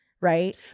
right